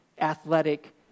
athletic